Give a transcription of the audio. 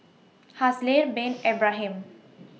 Haslir Bin Ibrahim